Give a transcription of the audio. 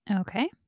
Okay